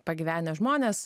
pagyvenę žmonės